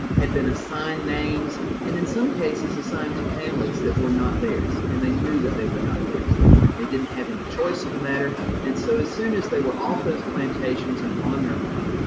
had been assigned names and in some cases, assigned to families that were not theirs and they knew that they were not theirs. they weren't, they didn't have any choice in the matter and so as soon as they were off those plantations and on their own,